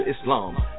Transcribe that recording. Islam